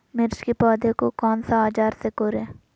मिर्च की पौधे को कौन सा औजार से कोरे?